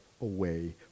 away